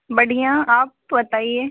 बढ़िया आप बताइए